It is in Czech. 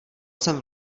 jsem